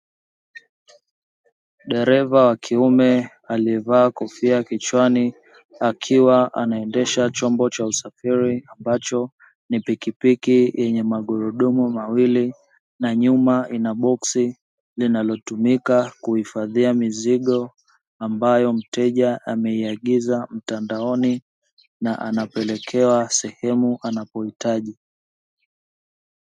Dereva wa kiume aliyevaa kofia kichwani akiwa anaendesha chombo cha usafiri ambacho ni pikipiki, yenye magurudumu mawili, na nyuma ina boksi linalotumika kuhifadhia mizigo, ambayo mteja ameiagiza mtandaoni na anapelekewa sehemu anapohitaji.